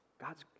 God's